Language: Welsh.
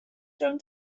rownd